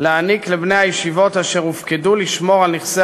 להעניק לבני-הישיבות אשר הופקדו לשמור על נכסי